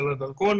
של הדרכון,